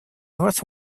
north